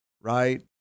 right